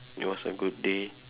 it was a good day